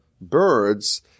birds